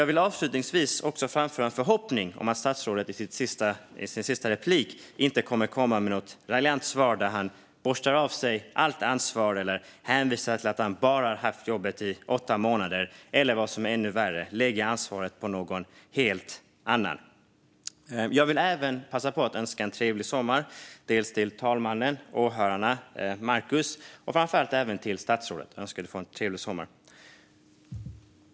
Jag vill avslutningsvis framföra en förhoppning om att statsrådet i sitt sista inlägg inte kommer med något raljant svar där han slår ifrån sig allt ansvar, hänvisar till att han bara har haft jobbet i åtta månader eller - vilket är ännu värre - lägger ansvaret på någon helt annan. Jag vill även passa på att önska en trevlig sommar till talmannen, åhörarna och Markus samt, framför allt, till statsrådet. Jag önskar att han får en trevlig sommar.